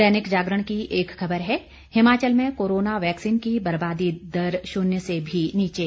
दैनिक जागरण की एक खबर है हिमाचल में कोरोना वैक्सीन की बर्बादी दर शून्य से भी नीचे